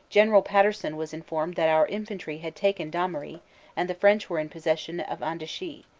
general pater son was informed that our infantry had taken damery and the french were in possession of andechy,